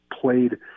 played